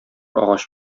агач